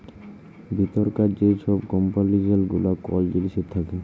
ভিতরকার যে ছব কম্পজিসল গুলা কল জিলিসের থ্যাকে